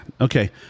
Okay